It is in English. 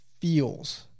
feels